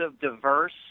diverse